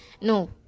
No